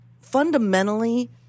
fundamentally